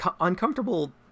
uncomfortable